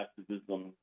activism